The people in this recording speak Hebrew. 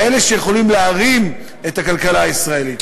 כאלה שיכולים להרים את הכלכלה הישראלית.